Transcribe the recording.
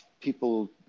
people